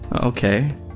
Okay